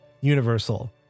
universal